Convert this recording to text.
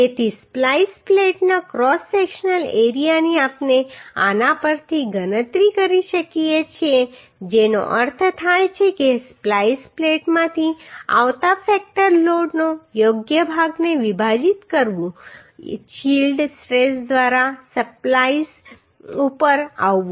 તેથી સ્પ્લાઈસ પ્લેટના cross sectional એરિયાની આપણે આના પરથી ગણતરી કરી શકીએ છીએ જેનો અર્થ થાય છે કે સ્પ્લાઈસ પ્લેટમાંથી આવતા ફેક્ટર લોડના યોગ્ય ભાગને વિભાજિત કરવું યીલ્ડ સ્ટ્રેસ દ્વારા સ્પ્લાઈસ ઉપર આવવું